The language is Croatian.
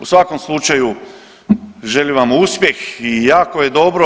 U svakom slučaju želim vam uspjeh i jako je dobro.